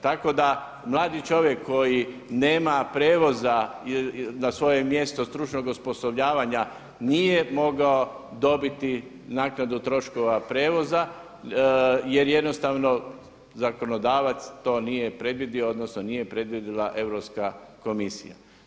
Tako da mladi čovjek koji nema prijevoza na svoje mjesto stručnog osposobljavanja nije mogao dobiti naknadu troškova prijevoza jer jednostavno zakonodavac to nije predvidio odnosno nije predvidjela Europska komisija.